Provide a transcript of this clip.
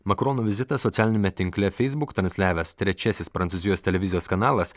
makrono vizitas socialiniame tinkle feisbuk transliavęs trečiasis prancūzijos televizijos kanalas